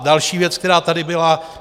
Další věc, která tady byla.